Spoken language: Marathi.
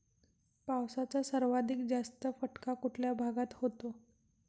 पावसाचा सर्वाधिक जास्त फटका कुठल्या भागात होतो?